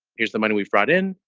here's the money we've brought in.